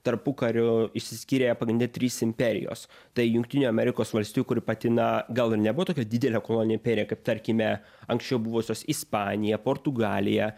tarpukariu išsiskyrė pagrinde trys imperijos tai jungtinių amerikos valstijų kuri pati na gal ir nebuvo tokia didelė kolonijų imperija kaip tarkime anksčiau buvusios ispanija portugalija